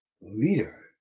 leader